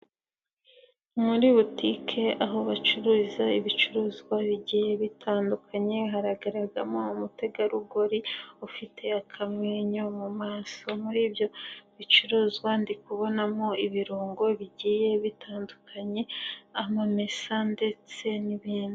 Muri butike aho bacururiza ibicuruzwa bigiye bitandukanye, hagaragaramo umutegarugori ufite akamenyo mu maso, muri ibyo bicuruzwa ndi kubonamo ibirungo bigiye bitandukanye amamesa ndetse n'ibindi.